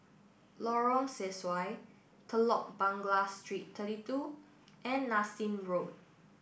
Lorong Sesuai Telok Blangah Street thirty two and Nassim Road